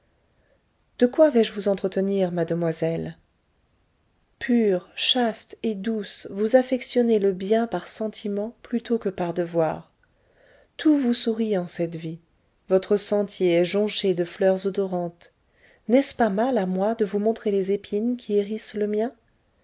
de quoi vais-je vous entretenir mademoiselle pure chaste et douce vous affectionnez le bien par sentiment plutôt que par devoir tout vous sourit en cette vie votre sentier est jonché de fleurs odorantes n'est-ce pas mal à moi de vous montrer les épines qui hérissent le mien